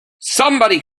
somebody